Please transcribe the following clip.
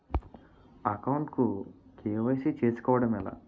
Account కు KYC చేసుకోవడం ఎలా?